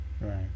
right